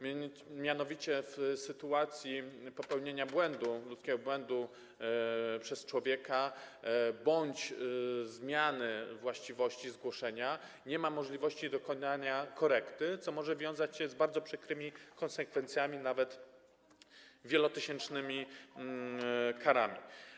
Mianowicie w sytuacji popełnienia błędu, ludzkiego błędu, przez człowieka bądź zmiany właściwości zgłoszenia nie ma możliwości dokonania korekty, co może wiązać się z bardzo przykrymi konsekwencjami, nawet wielotysięcznymi karami.